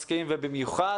האזרחים והאזרחיות בישראל,